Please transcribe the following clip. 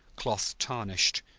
cloth tarnished,